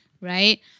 Right